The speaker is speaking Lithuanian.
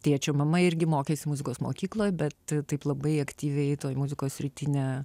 tėčio mama irgi mokėsi muzikos mokykloj bet taip labai aktyviai toj muzikos srity ne